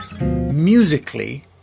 musically